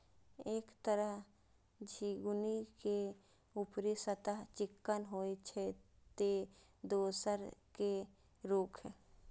एक तरह झिंगुनी के ऊपरी सतह चिक्कन होइ छै, ते दोसर के रूख